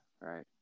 Right